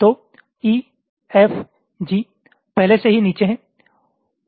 तो E F G पहले से ही नीचे हैं